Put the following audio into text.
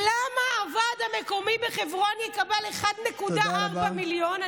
למה הוועד המקומי בחברון יקבל 1.4 מיליון,